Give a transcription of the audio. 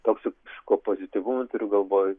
toksiško pozityvumo turiu galvoj